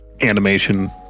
animation